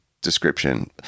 description